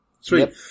Sweet